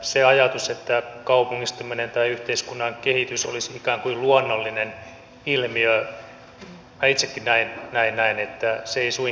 se ajatus että kaupungistuminen tai yhteiskunnan kehitys olisi ikään kuin luonnollinen ilmiö minä itsekin näen näin että se ei suinkaan ole sitä